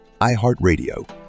iHeartRadio